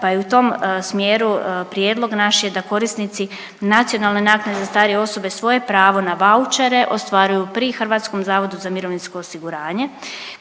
pa je u tom smjeru prijedlog naš je da korisnici nacionalne naknade za starije osobe svoje pravo na vaučere ostvaruju pri Hrvatskom zavodu za mirovinsko osiguranje.